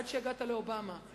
עד שהגעת לאובמה,